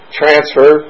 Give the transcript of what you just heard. transfer